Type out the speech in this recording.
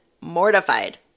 mortified